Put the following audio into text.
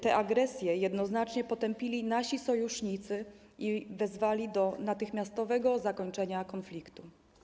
Te agresje jednoznacznie potępili nasi sojusznicy i wezwali do natychmiastowego zakończenia konfliktu.